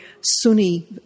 Sunni